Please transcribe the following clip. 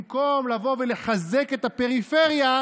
במקום לבוא ולחזק את הפריפריה,